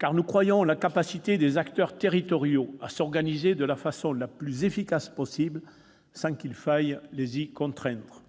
car nous croyons en la capacité des acteurs territoriaux à s'organiser de la façon la plus efficace possible sans qu'il faille les y contraindre.